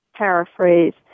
paraphrase